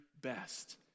best